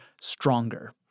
stronger